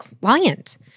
client